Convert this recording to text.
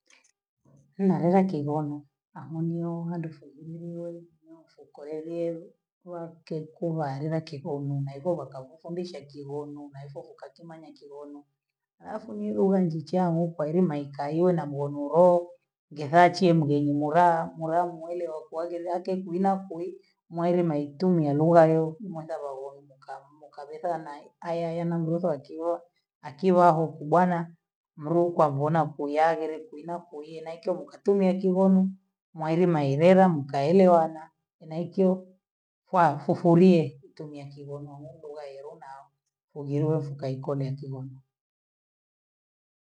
Haa hela kivono amaniye anda shubiliye no shukaelie wakekubali wakikuona unaeboloka wasembuse kivono naivoroka ukatuma nyakivono, halafu ni ileile nji chana ekwaelimaeka iwe na muonoroo ndihachiye mgeni muraa, muraa muule wa kwaagilake nkuina ku mueli maitunya wulayo muda wawaimukamu mkabhiza na ayaaya mambo rose yakiwa akiwa huku bwana mkrukwa hakuona kuyadhili kuina kui nakyo mkatume akivono, mwali mwaelela mkaelewana na ikyo kwa susulie tumie kivono nimbule aelonao kugilusu kaikole ya Kigoma.